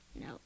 No